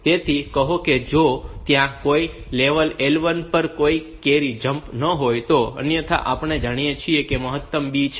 તેથી કહો કે જો ત્યાં કોઈ લેવલ L1 પર કોઈ કેરી જમ્પ ન હોય તો અન્યથા આપણે જાણીએ છીએ કે મહત્તમ B છે